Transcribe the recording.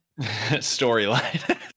storyline